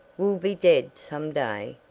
will be dead some day,